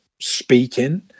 speaking